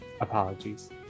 Apologies